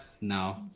no